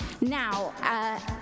Now